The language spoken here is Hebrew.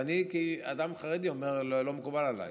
אז אני כאדם חרדי אומר: לא מקובל עליי.